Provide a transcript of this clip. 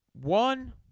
One